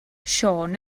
siôn